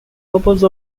purpose